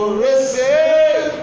receive